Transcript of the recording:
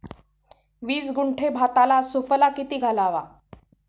वीस गुंठे भाताला सुफला किती घालावा?